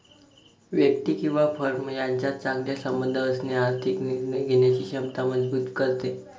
व्यक्ती किंवा फर्म यांच्यात चांगले संबंध असणे आर्थिक निर्णय घेण्याची क्षमता मजबूत करते